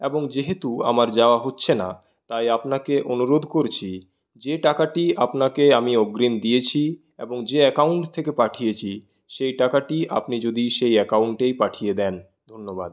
এবং যেহেতু আমার যাওয়া হচ্ছে না তাই আপনাকে অনুরোধ করছি যে টাকাটি আপনাকে আমি অগ্রিম দিয়েছি এবং যে অ্যাকাউন্ট থেকে পাঠিয়েছি সেই টাকাটি আপনি যদি সেই অ্যাকাউন্টেই পাঠিয়ে দেন ধন্যবাদ